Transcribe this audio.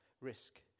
risk